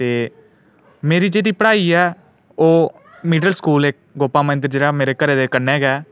ते मेरी जेह्ड़ी पढाई ऐ ओह् मिडल स्कूल गोपा मंदर जेह्का मेरे घरे दे कन्ने गै ऐ